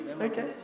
okay